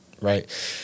right